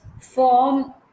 form